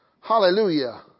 Hallelujah